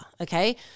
Okay